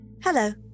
Hello